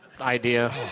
idea